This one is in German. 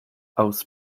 aus